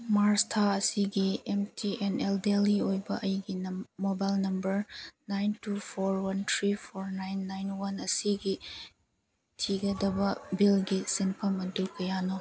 ꯃꯥꯔꯁ ꯊꯥ ꯑꯁꯤꯒꯤ M T N L Delhi ꯑꯣꯏꯕ ꯑꯩꯒꯤ mobile number nine two four one three four nine nine one ꯑꯁꯤꯒꯤ ꯊꯤꯒꯗꯕ ꯕꯤꯜꯒꯤ ꯁꯦꯟꯐꯝ ꯑꯗꯨ ꯀꯌꯥꯅꯣ